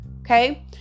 Okay